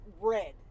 red